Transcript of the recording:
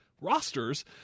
rosters